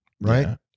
right